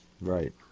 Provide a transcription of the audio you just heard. Right